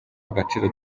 agaciro